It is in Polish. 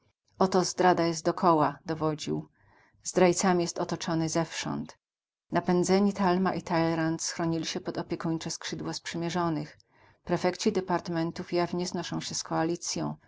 zdrada jest dokoła dowodził zdrajcami jest otoczony zewsząd napędzeni talma i taylerand schronili się pod opiekuńcze skrzydła sprzymierzonych prefekci departamentów jawnie znoszą się z koalicją